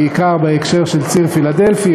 בעיקר בהקשר של ציר פילדלפי,